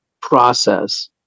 process